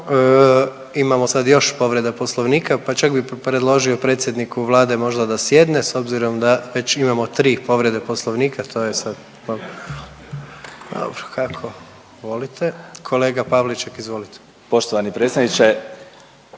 Imamo sad još povreda poslovnika, pa čak bi predložio predsjedniku Vlade moda da sjedne s obzirom da već imamo tri povrede poslovnika to je sad. Dobro, kako volite. Kolega Pavliček izvolite. **Pavliček,